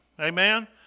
amen